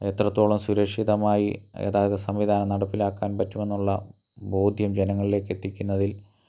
എത്രത്തോളം സുരക്ഷിതമായി ഗതാഗത സംവിധാനം നടപ്പിലാക്കാൻ പറ്റുമെന്നുള്ള ബോധ്യം ജനങ്ങളിലേക്കെത്തിക്കുന്നതിൽ